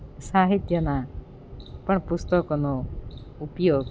સાહિત્યના પણ પુસ્તકોનો ઉપયોગ